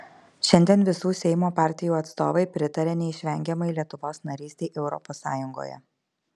šiandien visų seimo partijų atstovai pritaria neišvengiamai lietuvos narystei europos sąjungoje